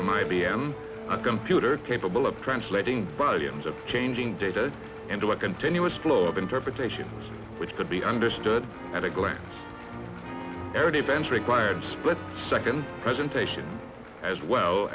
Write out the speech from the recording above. from i b m a computer capable of translating values of changing data into a continuous flow of interpretation which could be understood at a glance early events required split second presentations as well